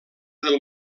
del